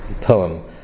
poem